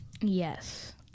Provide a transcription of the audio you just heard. yes